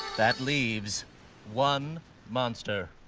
that leaves one monster.